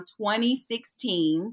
2016